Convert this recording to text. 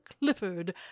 clifford